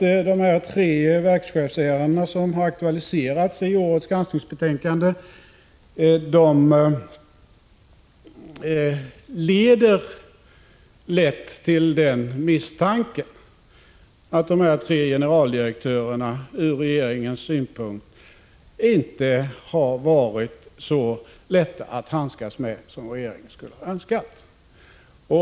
De tre verkschefsärenden som aktualiserats i — Granskningsarbetets årets granskningsbetänkande leder lätt till misstanken att dessa tre generaldi — inriktning, m.m. rektörer ur regeringens synpunkt inte har varit så lätta att handskas med som regeringen skulle ha önskat.